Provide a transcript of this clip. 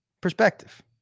Perspective